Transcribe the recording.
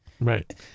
right